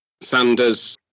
Sanders